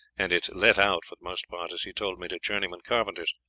and is let out, for the most part, as he told me, to journeymen carpenters.